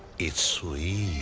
it's sweet.